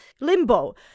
limbo